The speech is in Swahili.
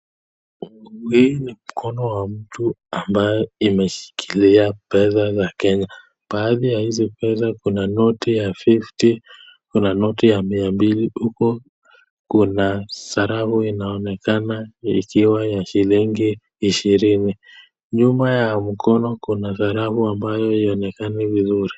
Hii ni mkono wa mtu ambayo imeshikilia pesa za Kenya. Baadhi ya hizi pesa, kuna noti ya fifty , kuna noti ya mia mbili huko kuna sarafu inaonekana ikiwa ya shilingi ishirini. Nyuma ya mkono kuna sarafu ambayo haionekani vizuri.